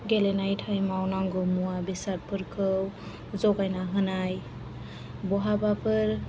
गेलेनाय टाइम आव नांगौ मुवा बेसादफोरखौ जगायना होनाय बहाबाफोर